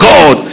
God